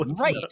Right